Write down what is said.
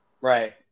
right